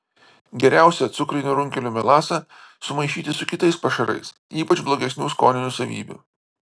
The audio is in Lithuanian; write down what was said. geriausia cukrinių runkelių melasą sumaišyti su kitais pašarais ypač blogesnių skoninių savybių